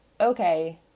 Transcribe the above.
okay